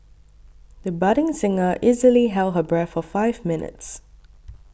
the budding singer easily held her breath for five minutes